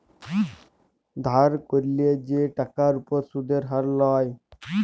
ধার ক্যইরলে যে টাকার উপর সুদের হার লায়